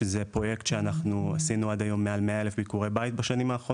שזה פרויקט שבו עשינו בשנים האחרונות מעל 100 אלף ביקורי בית,